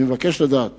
אני מבקש לדעת